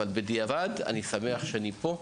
אבל בדיעבד אני שמח שאני פה.